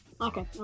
Okay